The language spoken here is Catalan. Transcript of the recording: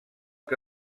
que